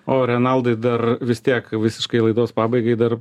o renaldai dar vis tiek visiškai laidos pabaigai dar